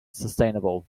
sustainable